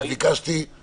רק ביקשתי איזה מנעד.